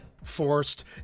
Forced